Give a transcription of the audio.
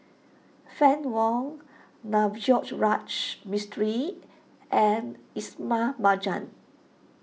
Fann Wong Navroji Mistri and Ismail Marjan